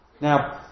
now